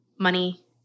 money